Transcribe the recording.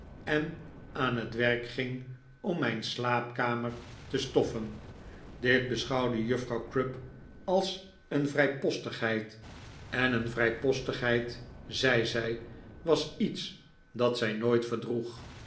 en aan het werk ging om mijn slaapkamer te stoffen dit beschouwde juffrouw crupp als een vrijpostigheid en een vrijpostigheid zei zij was iets dat zij nooit verdroeg